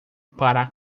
para